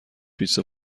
پیتزا